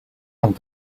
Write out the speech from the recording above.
and